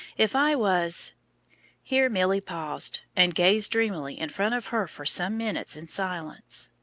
if i was here milly paused, and gazed dreamily in front of her for some minutes in silence.